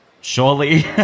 surely